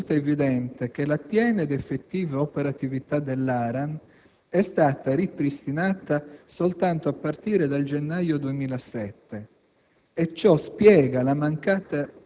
Per le ragioni illustrate, risulta evidente che la piena ed effettiva operatività dell'ARAN è stata ripristinata soltanto a partire dal gennaio 2007